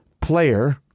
player